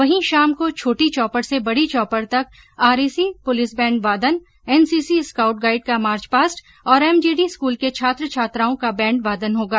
वहीं शाम को छोटी चौपड़ से बड़ी चौपड़ तक आरएसी पुलिस र्बेण्ड वादन एनसीसी स्कॉउट गाईड का मार्चपास्ट और एमजीडी स्कूल के छात्र छात्राओं का बैण्ड वादन होगा